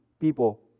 people